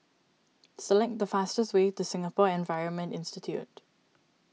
select the fastest way to Singapore Environment Institute